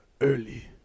early